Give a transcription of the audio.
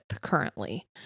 currently